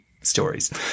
stories